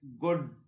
good